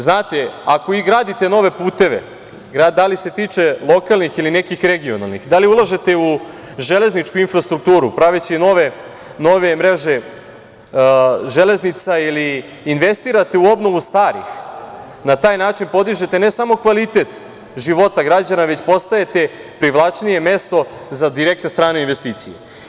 Znate, ako i gradite nove puteve, da li se tiče lokalnih ili nekih regionalnih, da li ulažete u železničku infrastrukturu, praveći nove mreže železnica ili investirate u obnovu starih, na taj način podižete ne samo kvalitet života građana, već postajete privlačnije mesto za direktne strane investicije.